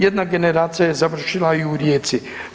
Jedna generacija je završila i u Rijeci.